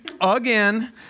again